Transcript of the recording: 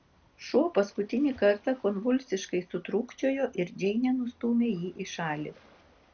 šuo paskutinį kartą konvulsiškai sutrūkčiojo ir džeinė nustūmė jį į šalį